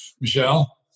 Michelle